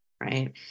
right